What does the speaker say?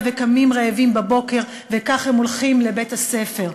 וקמים רעבים בבוקר וכך הם הולכים לבית-הספר.